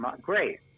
great